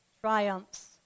triumphs